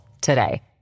today